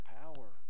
power